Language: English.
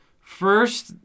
First